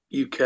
UK